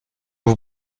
vous